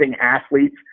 athletes